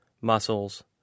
muscles